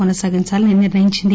కొనసాగించాలని నిర్ణయించింది